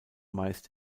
meist